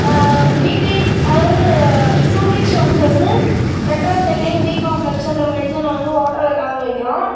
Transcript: weekly அதாவது two weeks once வந்து tetracycline பிகாம்ப்ளக்ஸ்ன்ற மெடிஷன் வந்து வாட்டரில் கலந்து வைக்கிறோம்